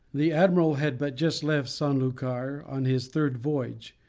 the admiral had but just left san-lucar on his third voyage,